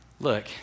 Look